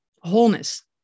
wholeness